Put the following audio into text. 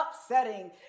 upsetting